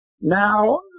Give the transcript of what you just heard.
Now